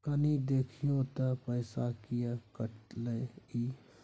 कनी देखियौ त पैसा किये कटले इ?